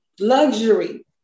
luxury